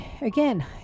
Again